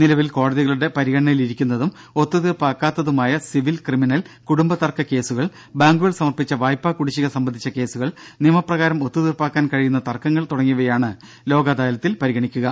നിലവിൽ കോടതികളുടെ പരിഗണനയിലിരിക്കുന്നതും ഒത്തുതീർപ്പാക്കാത്തതുമായ സിവിൽ ക്രിമിനൽ കുടുംബതർക്ക കേസുകൾ ബാങ്കുകൾ സമർപ്പിച്ച വായ്പ കുടിശ്ശിക സംബന്ധിച്ച കേസുകൾ നിയമപ്രകാരം ഒത്തുതീർപ്പാക്കാൻ കഴിയുന്ന തർക്കങ്ങൾ തുടങ്ങിയവയാണ് ലോക് അദാലത്തിൽ പരിഗണിക്കുക